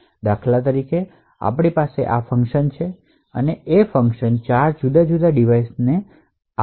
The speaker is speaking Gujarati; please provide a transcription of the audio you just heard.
ઉદાહરણ તરીકે ચાલો કહીએ કે આપણી પાસે ફંક્શન છે અને આ બરાબર એ જ ફંકશન 4 જુદા જુદા ડિવાઇસ માં અમલમાં મૂકવામાં આવ્યું છે